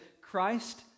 Christ